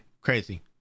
crazy